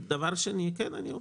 דבר שני, כן, אני אופטימי.